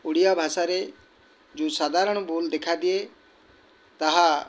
ଓଡ଼ିଆ ଭାଷାରେ ଯେଉଁ ସାଧାରଣ ଭୁଲ ଦେଖାଦିଏ ତାହା